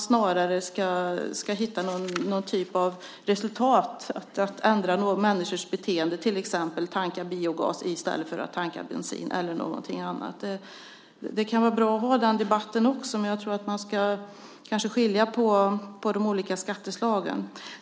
Snarare ska man hitta någon typ av resultat som att ändra människors beteende - att tanka biogas i stället för att tanka bensin eller någonting annat. Det kan vara bra att ha den debatten också, men jag tror att man kanske ska skilja på de olika skatteslagen.